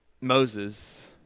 Moses